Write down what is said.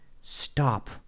stop